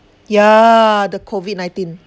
yeah the COVID nineteen